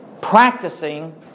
Practicing